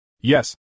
Yes